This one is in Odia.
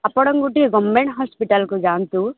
ଆପଣ ଗୋଟିଏ ଗଭ୍ମେଣ୍ଟ ହସ୍ପିଟାଲ କୁ ଯାଆନ୍ତୁ